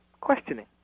questioning